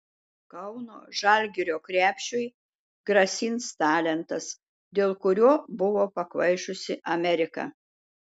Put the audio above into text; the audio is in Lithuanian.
kauno žalgirio krepšiui grasins talentas dėl kurio buvo pakvaišusi amerika